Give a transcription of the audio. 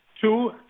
two